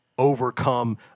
overcome